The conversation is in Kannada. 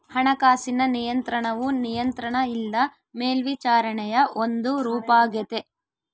ಹಣಕಾಸಿನ ನಿಯಂತ್ರಣವು ನಿಯಂತ್ರಣ ಇಲ್ಲ ಮೇಲ್ವಿಚಾರಣೆಯ ಒಂದು ರೂಪಾಗೆತೆ